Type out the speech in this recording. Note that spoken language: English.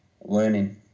learning